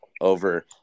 over